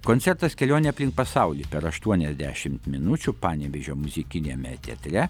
koncertas kelionė aplink pasaulį per aštuoniasdešimt minučių panevėžio muzikiniame teatre